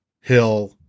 Hill